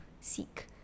seek